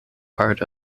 part